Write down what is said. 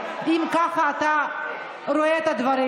אם ככה אתה רואה את הדברים.